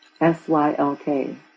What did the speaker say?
S-Y-L-K